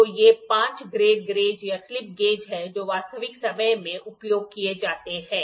तो ये 5 grade gauge या स्लिप गेज हैं जो वास्तविक समय में उपयोग किए जाते हैं